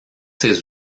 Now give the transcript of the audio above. ses